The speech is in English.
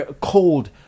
cold